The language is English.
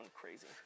crazy